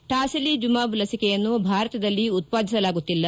tocilizumab ಲಸಿಕೆಯನ್ನು ಭಾರತದಲ್ಲಿ ಉತ್ಪಾದಿಸಲಾಗುತ್ತಿಲ್ಲ